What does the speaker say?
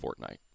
Fortnite